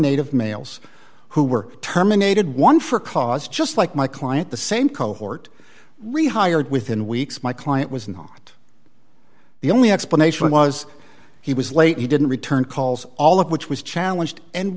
native males who were terminated one for cause just like my client the same cohort rehired within weeks my client was not the only explanation was he was late he didn't return calls all of which was challenged and